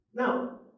Now